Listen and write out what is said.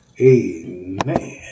amen